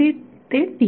0 ते t